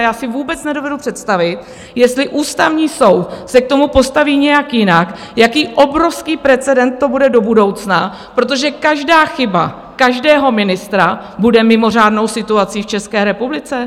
Já si vůbec nedovedu představit, jestli Ústavní soud se k tomu postaví nějak jinak, jaký obrovský precedens to bude do budoucna, protože každá chyba každého ministra bude mimořádnou situací v České republice?